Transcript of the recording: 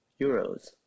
euros